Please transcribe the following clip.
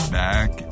back